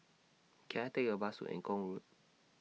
Can I Take A Bus to Eng Kong Road